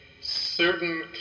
certain